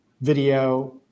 video